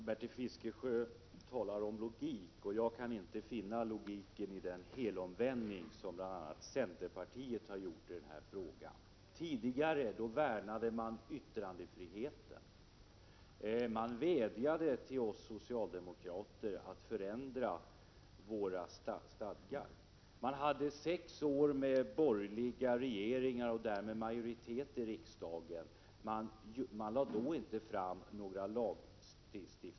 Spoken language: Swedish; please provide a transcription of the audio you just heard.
Herr talman! Bertil Fiskesjö talar om logik. Jag kan inte finna logiken i den helomvändning som bl.a. centerpartiet har gjort i denna fråga. Tidigare värnade man om yttrandefriheten. Man vädjade till oss socialdemokrater att vi skulle förändra våra stadgar. Man hade under sex år av borgerliga regeringar och därmed majoritet i riksdagen inte lagt fram några lagförslag.